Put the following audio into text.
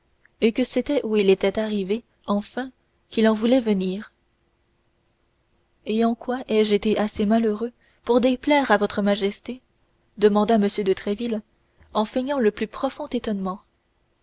et que c'était où il était arrivé enfin qu'il en voulait venir et en quoi ai-je été assez malheureux pour déplaire à votre majesté demanda m de tréville en feignant le plus profond étonnement